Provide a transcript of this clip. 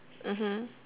mmhmm